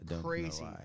Crazy